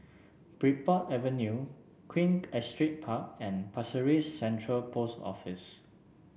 Bridport Avenue Queen Astrid Park and Pasir Ris Central Post Office